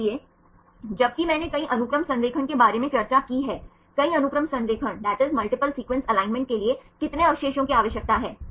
इसलिए जबकि मैंने कई अनुक्रम संरेखण के बारे में चर्चा की है कई अनुक्रम संरेखण के लिए कितने अवशेषों की आवश्यकता है